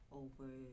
over